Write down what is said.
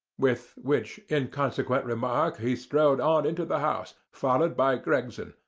with which inconsequent remark he strode on into the house, followed by gregson,